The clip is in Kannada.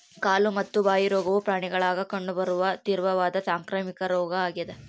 ಕಾಲು ಮತ್ತು ಬಾಯಿ ರೋಗವು ಪ್ರಾಣಿಗುಳಾಗ ಕಂಡು ಬರುವ ತೀವ್ರವಾದ ಸಾಂಕ್ರಾಮಿಕ ರೋಗ ಆಗ್ಯಾದ